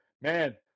man